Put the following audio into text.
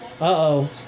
Uh-oh